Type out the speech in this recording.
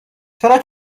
چرا